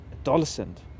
adolescent